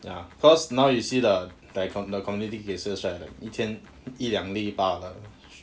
ya cause now you see the the community cases right like 一天一两例罢了